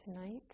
tonight